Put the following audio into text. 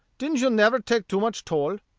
didn't you never take too much toll?